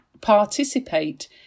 participate